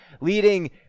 leading